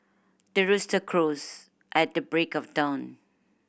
the rooster crows at the break of dawn